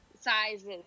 sizes